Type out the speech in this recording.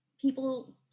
people